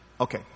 Okay